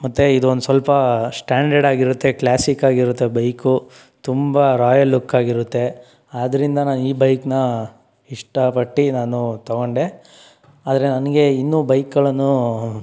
ಮತ್ತು ಇದು ಒಂದು ಸ್ವಲ್ಪ ಶ್ಟ್ಯಾಂಡರ್ಡ್ ಆಗಿರುತ್ತೆ ಕ್ಲಾಸಿಕ್ ಆಗಿರುತ್ತೆ ಬೈಕು ತುಂಬ ರಾಯಲ್ ಲುಕ್ ಆಗಿರುತ್ತೆ ಆದ್ದರಿಂದ ನಾನು ಈ ಬೈಕನ್ನ ಇಷ್ಟಪಟ್ಟು ನಾನು ತೊಗೊಂಡೆ ಆದರೆ ನನಗೆ ಇನ್ನೂ ಬೈಕ್ಗಳನ್ನು